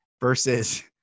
versus